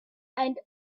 and